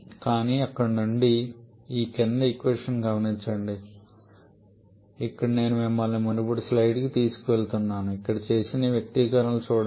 కాబట్టి అక్కడ నుండి ఇప్పుడు నేను మిమ్మల్ని మునుపటి స్లైడ్కు తీసుకెళ్లాలనుకుంటున్నాను ఇక్కడ చేసిన ఈ వ్యక్తీకరణలను చూడండి